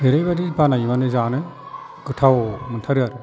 ओरैबायदि बानायो माने जानो गोथाव मोनथारो आरो